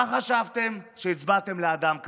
מה חשבתם כשהצבעתם לאדם כזה?